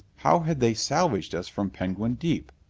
how had they salvaged us from penguin deep?